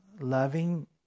loving